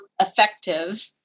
effective